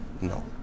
No